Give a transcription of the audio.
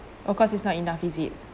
of course it's not enough is it